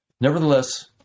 Nevertheless